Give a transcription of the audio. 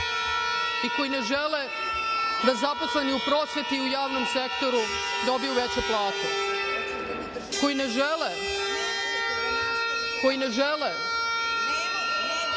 i koji ne žele da zaposleni u prosveti i u javnom sektoru dobiju veće plate, koji ne žele da se za